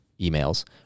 emails